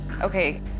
Okay